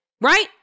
right